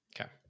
Okay